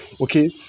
okay